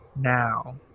now